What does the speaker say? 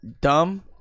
dumb